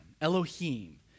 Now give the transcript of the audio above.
Elohim